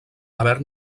haver